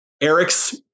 Eric's